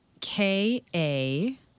K-A